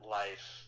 life